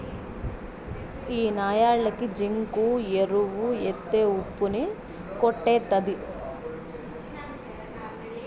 ఈ న్యాలకి జింకు ఎరువు ఎత్తే ఉప్పు ని కొట్టేత్తది